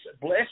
bless